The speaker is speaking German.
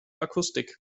akustik